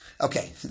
Okay